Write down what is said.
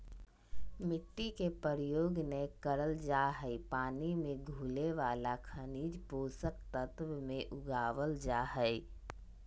मिट्टी के प्रयोग नै करल जा हई पानी मे घुले वाला खनिज पोषक तत्व मे उगावल जा हई